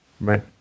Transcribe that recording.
Right